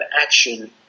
action